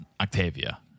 Octavia